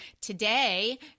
Today